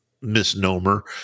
misnomer